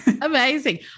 Amazing